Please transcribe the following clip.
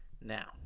Now